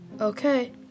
Okay